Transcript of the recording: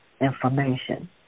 information